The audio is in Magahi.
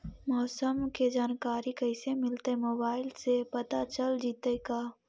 मौसम के जानकारी कैसे मिलतै मोबाईल से पता चल जितै का?